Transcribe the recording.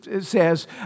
says